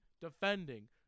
defending